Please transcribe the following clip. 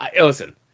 listen